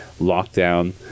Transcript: lockdown